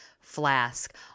flask